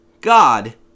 God